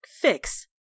fix